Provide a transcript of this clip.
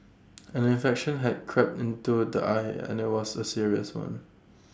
an infection had crept into the eye and IT was A serious one